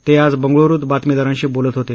ते आज बंगळुरूत बातमीदारांशी बोलत होते